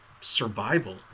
survival